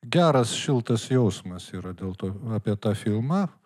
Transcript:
geras šiltas jausmas yra dėl to apie tą filmą